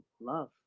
love